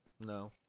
No